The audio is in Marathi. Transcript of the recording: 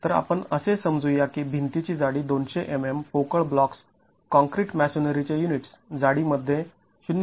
तर आपण असे समजू या की भिंतीची जाडी २०० mm पोकळ ब्लॉक्स् काँक्रीट मॅसोनरीचे युनिट्स जाडी मध्ये ०